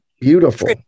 Beautiful